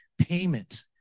payment